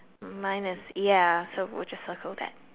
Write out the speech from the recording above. mine has ya so we'll just circle that